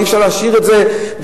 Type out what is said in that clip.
ואי-אפשר להשאיר את זה בחלוקה,